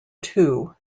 two